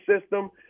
system